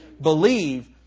believe